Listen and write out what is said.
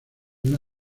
una